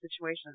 situation